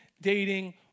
dating